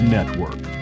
Network